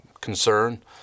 concern